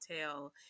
tell